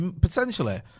potentially